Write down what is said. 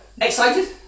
excited